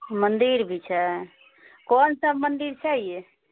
मंदिर भी छै कोन सब मंदिर छै ये